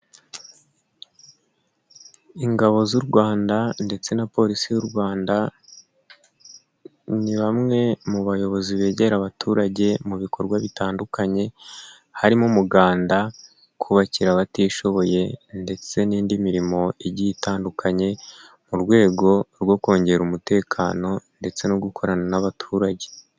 Ingabo z'u Rwanda ndetse na polisi y'u Rwanda ni bamwe mu bayobozi begera abaturage mu bikorwa bitandukanye harimo umuganda ,kubakira abatishoboye ndetse n'indi mirimo igiye itandukanye mu rwego rwo kongera umutekano ndetse no gukorana n'abaturage.